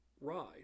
ride